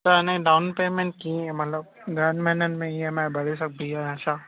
त हिन जी डाउन पेमेंट कींअं मतिलबु ॾहनि महिननि में ई एम आई भरे सघिबी आहे छा